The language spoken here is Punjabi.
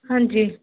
ਹਾਂਜੀ